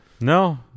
No